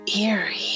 eerie